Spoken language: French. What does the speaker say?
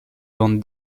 bande